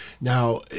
Now